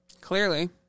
Clearly